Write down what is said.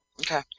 Okay